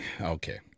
okay